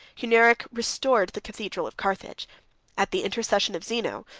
hunneric restored the cathedral of carthage at the intercession of zeno,